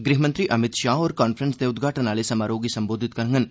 गृहमंत्री अमित शाह होर कांफ्रेंस दे उदघाटन आले समारोह गी सम्बोधित करगंन